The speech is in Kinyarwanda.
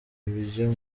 ibyo